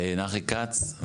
נחי כץ,